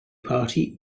party